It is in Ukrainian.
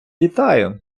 вітаю